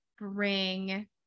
bring